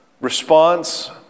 response